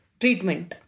treatment